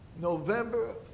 November